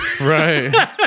Right